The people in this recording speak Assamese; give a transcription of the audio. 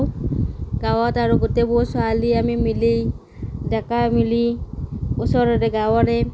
গাঁৱত আৰু গোটেইবোৰ ছোৱালী আমি মিলি ডেকা মিলি ওচৰৰে গাঁৱৰে